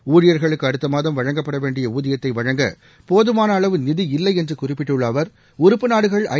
ஊழியர்களுக்கு அடுத்த மாதம் வழங்கப்பட வேண்டிய ஊதியத்தை வழங்க போதமான அளவு நிதி இல்லை என்று குறிப்பிட்டுள்ள அவர் உறுப்புநாடுகள் ஐ